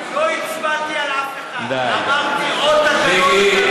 לא הצבעתי על אף אחד, די, די, מיקי.